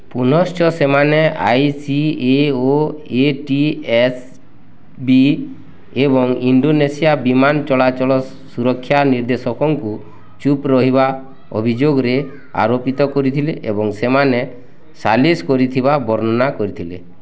ପୁନଶ୍ଚ ସେମାନେ I C A O A T S B ଏବଂ ଇଣ୍ଡୋନେସିଆ ବିମାନ ଚଳାଚଳ ସୁରକ୍ଷା ନିର୍ଦ୍ଦେଶକଙ୍କୁ ଚୁପ୍ ରହିବା ଅଭିଯୋଗରେ ଆରୋପିତ କରିଥିଲେ ଏବଂ ସେମାନେ ସାଲିସ୍ କରିଥିବା ବର୍ଣ୍ଣନା କରିଥିଲେ